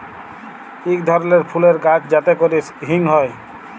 ইক ধরলের ফুলের গাহাচ যাতে ক্যরে হিং হ্যয়